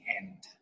end